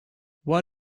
what